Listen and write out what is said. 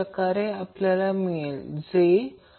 phase current मोजा Vab reference phasor म्हणून वापरा